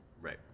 Right